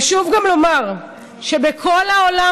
חשוב גם לומר שכמעט בכל העולם,